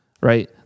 right